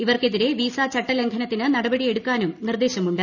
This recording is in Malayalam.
ഇവർക്കെതിരെ വിസ ചട്ടലംഘനത്തിന് നടപടിയെടുക്കാനും നിർദ്ദേശമുണ്ട്